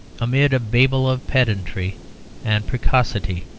amid a babble of pedantry and preciosity,